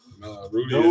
Rudy